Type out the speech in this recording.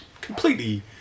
completely